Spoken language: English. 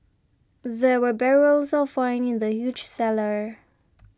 there were barrels of wine in the huge cellar